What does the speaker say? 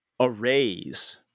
arrays